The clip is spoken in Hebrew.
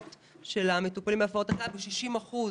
של המטופלים בהפרעות אכילה ב-60 אחוז.